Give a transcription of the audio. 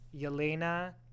Yelena